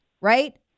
right